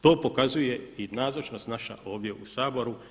To pokazuje i nazočnost naša ovdje u Saboru.